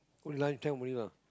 oh lunch time only lah